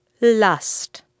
Lust